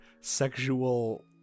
sexual